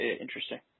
Interesting